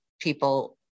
people